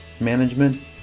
management